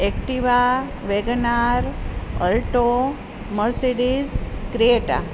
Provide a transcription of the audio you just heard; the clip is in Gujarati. Activa WagonR Alto Mercedes Creta